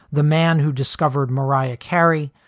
the man who discovered mariah carey,